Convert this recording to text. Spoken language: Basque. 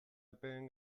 epeen